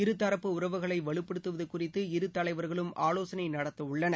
இருதரப்பு உறவுகளை வலுப்படுத்துவது குறித்து இரு தலைவர்களும் ஆலோசனை நடத்தவுள்ளனர்